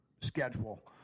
schedule